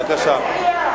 בבקשה.